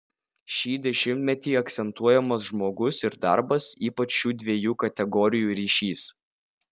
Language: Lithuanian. šį dešimtmetį akcentuojamas žmogus ir darbas ypač šių dviejų kategorijų ryšys